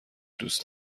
دوست